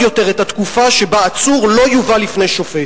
יותר את התקופה שבה עצור לא יובא לפני שופט.